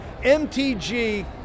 MTG